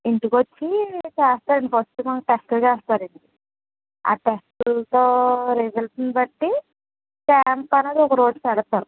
ఇంటికి వచ్చి చేస్తారండి ఫస్ట్ మంత్ టెస్ట్ చేస్తారండి ఆ టెస్ట్ లతో రిజల్ట్ ని బట్టి క్యాంపరంగా ఒకరోజు పెడతారు